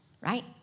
right